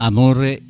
Amore